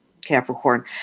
Capricorn